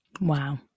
Wow